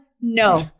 no